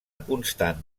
constant